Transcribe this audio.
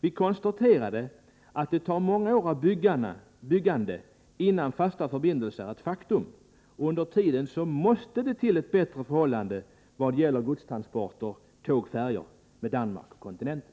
Vi konstaterade att det tar många år av byggande innan fasta förbindelser är ett faktum, och under tiden måste det till ett bättre förhållande i vad gäller godstransporter och tågfärjor med Danmark och kontinenten.